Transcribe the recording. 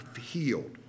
healed